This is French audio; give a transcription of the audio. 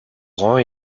grand